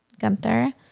Gunther